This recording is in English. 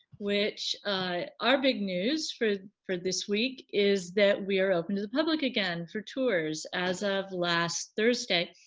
which our big news for, for this week is that we are open to the public again for tours as of last thursday,